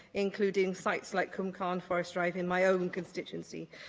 including sites like cwmcarn forest drive in my own constituency.